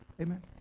Amen